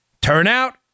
Turnout